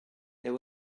there